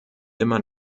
immer